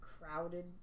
crowded